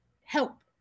help